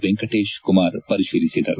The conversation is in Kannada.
ವೆಂಕಟೇಶ್ ಕುಮಾರ್ ಪರಿಶೀಲಿಸಿದರು